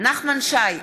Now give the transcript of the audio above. נחמן שי,